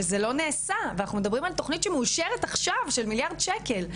שזה לא נעשה ואנחנו מדברים על תוכנית שמאושרת עכשיו של מיליארד שקל,